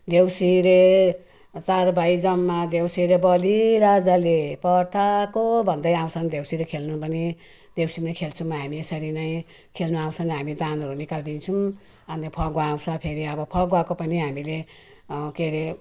देउसुरे चार भाइ जम्मा देउसुरे बली राजाले पठाएको भन्दै आउँछन् देउसुरे खेल्नु पनि देउसीमै खेल्छौँ हामी यसरी नै खेल्नु आउँछन् हामी दानहरू निकालिदिन्छौँ अन्त फगुवा आउँछ अन्त फेरि फगुवा पनि हामीले के अरे